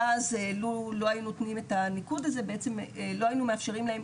ואז לו לא היו נותנים את הניקוד הזה בעצם לא היינו מאפשרים להם